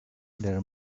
there